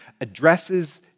addresses